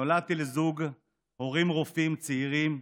נולדתי לזוג הורים רופאים צעירים,